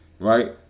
right